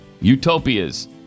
utopias